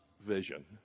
vision